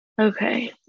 Okay